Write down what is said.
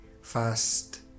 first